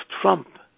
Trump